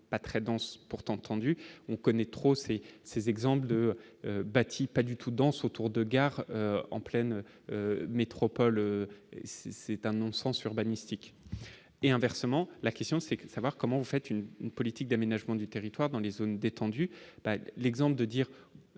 pas très dense pourtant tendu, on connaît trop ces ces exemples de bâti pas du tout dans son tour de gare en pleine métropole c'est un non-sens urbanistique et inversement, la question c'est que savoir comment on fait une politique d'aménagement du territoire, dans les zones détendues, l'exemple de dire